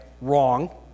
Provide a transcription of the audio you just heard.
wrong